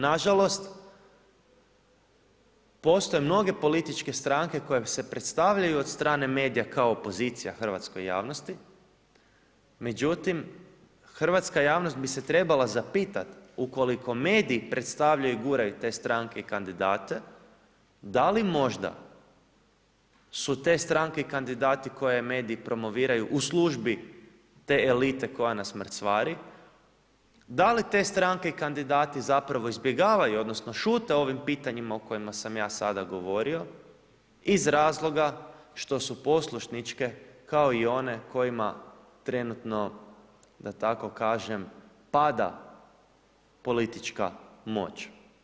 Nažalost postoje mnoge političke stranke koje se predstavljaju od strane medija kao opozicija hrvatskoj javnosti, međutim hrvatska javnost bi se trebala zapitat, ukoliko mediji predstavljaju i guraju te stranke i kandidate da li možda su te stranke i kandidati koje mediji promoviraju u službi te elite koja nas mrcvari, da li te stranke kandidati zapravo izbjegavaju odnosno šute o ovim pitanjima o kojima sam ja sada govorio iz razloga što su poslušničke kao i one kojima trenutno da tako kažem pada politička moć.